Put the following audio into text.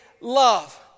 love